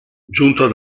giunto